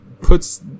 puts